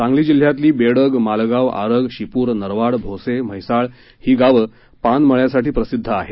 सांगली जिल्ह्यातली बेडग मालगाव आरग शिपूर नरवाड भोसे म्हैसाळ ही गावं पानमळ्यासाठी प्रसिद्ध आहेत